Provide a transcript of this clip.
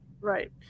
right